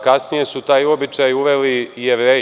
Kasnije su taj običaj uveli i Jevreji.